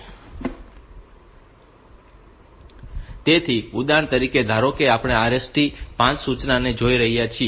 તેથી ઉદાહરણ તરીકે ધારો કે આપણે RST 5 સૂચનાને જોઈ રહ્યા છીએ